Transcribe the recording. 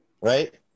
Right